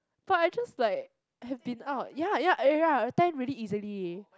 but I just like I've been out ya ya ya I tan very easily